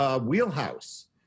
wheelhouse